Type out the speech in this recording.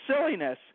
silliness